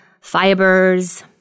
fibers